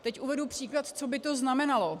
Teď uvedu příklad, co by to znamenalo.